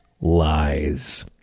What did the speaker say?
lies